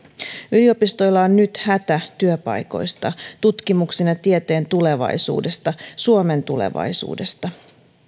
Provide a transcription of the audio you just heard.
yliopistoilla on nyt hätä työpaikoista tutkimuksen ja tieteen tulevaisuudesta suomen tulevaisuudesta